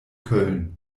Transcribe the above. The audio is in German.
köln